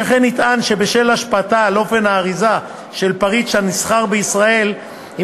שכן נטען שבשל השפעתה על אופן האריזה של פריט הנסחר בישראל היא